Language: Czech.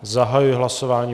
Zahajuji hlasování.